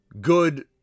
Good